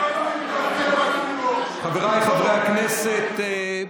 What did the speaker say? חבריי חברי הכנסת,